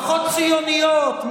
פחות ציוניות,